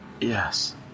Yes